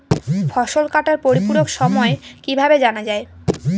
ফসল কাটার পরিপূরক সময় কিভাবে জানা যায়?